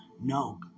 No